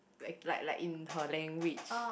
like like like in her language